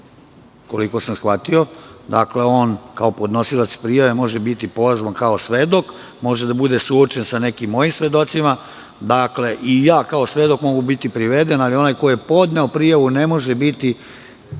koliko sam shvatio. Dakle, on kao podnosilac prijave može biti pozvan kao svedok, može da bude suočen sa nekim mojim svedocima i ja kao svedok mogu biti priveden, ali onaj ko je podneo prijavu ne može biti